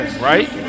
Right